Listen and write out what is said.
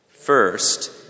First